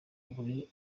muri